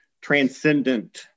transcendent